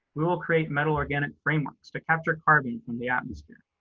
we will create metal organic frameworks to capture carbon from the atmosphere.